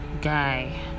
guy